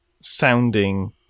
sounding